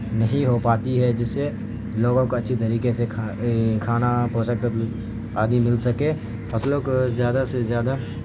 نہیں ہو پاتی ہے جس سے لوگوں کو اچھی طریقے سے کھا کھانا پوشک تتو آدی مل سکے فصلوں کو جادہ سے جادہ